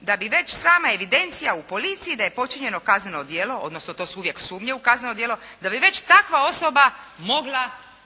da bi već sama evidencija u policiji da je počinjeno kazneno djelo, odnosno to su uvijek sumnje u kazneno djelo, da bi već takva osoba mogla